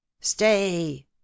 Stay